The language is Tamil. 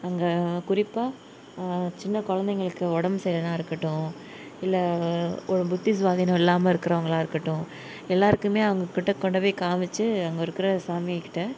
அங்கே குறிப்பாக சின்ன குழந்தைங்களுக்கு உடம்பு சரி இல்லைனா இருக்கட்டும் இல்லை ஒரு புத்திசுவாதீனம் இல்லாமல் இருக்கிறவங்களாக இருக்கட்டும் எல்லாருக்குமே அவங்ககிட்ட கொண்டு போய் காமிச்சு அங்கே இருக்கிற சாமிகிட்ட